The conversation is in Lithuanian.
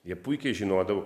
jie puikiai žinodavo